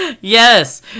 Yes